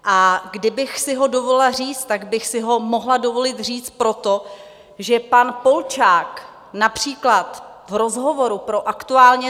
A kdybych si ho dovolila říct, tak bych si ho mohla dovolit říct proto, že pan Polčák například v rozhovoru pro Aktuálně.